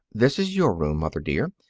this is your room, mother dear.